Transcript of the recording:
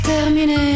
terminé